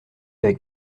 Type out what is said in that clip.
avec